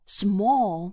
small